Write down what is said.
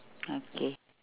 okay